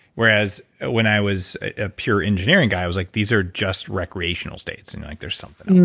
whereas when i was a pure engineering guy, i was like, these are just recreational states. and you're like there's something.